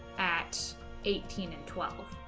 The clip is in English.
at eighteen and twelve